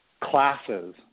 classes